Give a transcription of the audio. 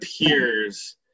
appears